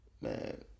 man